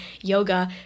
yoga